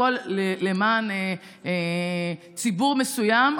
הכול למען ציבור מסוים,